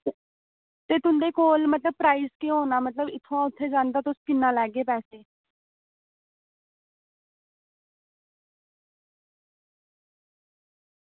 ते तुं'दे कोल मतलब प्राइज केह् होना मतलब इत्थुआं उत्थे जाने दा तुस किन्ना लैगे पैसे